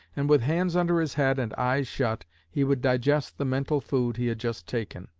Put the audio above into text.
and with hands under his head and eyes shut he would digest the mental food he had just taken.